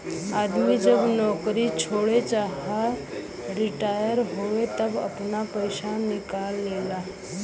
आदमी जब नउकरी छोड़े चाहे रिटाअर होए तब आपन पइसा निकाल लेला